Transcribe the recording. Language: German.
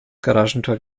garagentor